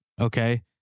okay